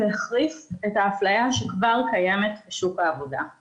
ובינוניים עושים שיתוף פעולה יחד עם הסוכנות לעסקים